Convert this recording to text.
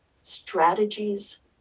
strategies